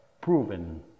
proven